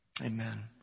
Amen